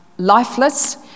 lifeless